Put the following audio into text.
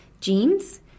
jeans